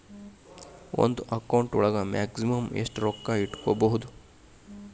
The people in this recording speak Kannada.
ಒಂದು ಅಕೌಂಟ್ ಒಳಗ ಮ್ಯಾಕ್ಸಿಮಮ್ ಎಷ್ಟು ರೊಕ್ಕ ಇಟ್ಕೋಬಹುದು?